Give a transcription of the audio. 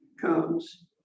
comes